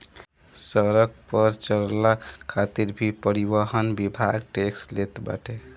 सड़क पअ चलला खातिर भी परिवहन विभाग टेक्स लेट बाटे